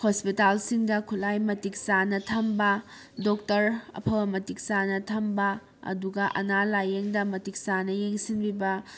ꯍꯣꯁꯄꯤꯇꯥꯜꯁꯤꯡꯗ ꯈꯨꯠꯂꯥꯏ ꯃꯇꯤꯛ ꯆꯥꯅ ꯊꯝꯕ ꯗꯣꯛꯇꯔ ꯑꯐꯕ ꯃꯇꯤꯛ ꯆꯥꯅ ꯊꯝꯕ ꯑꯗꯨꯒ ꯑꯅꯥ ꯂꯥꯏꯌꯦꯡꯗ ꯃꯇꯤꯛꯆꯅ ꯌꯦꯡꯁꯤꯟꯕꯤꯕ